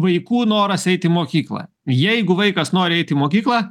vaikų noras eiti į mokyklą jeigu vaikas nori eiti į mokyklą